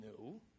No